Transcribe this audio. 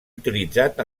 utilitzat